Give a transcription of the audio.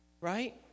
right